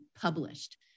published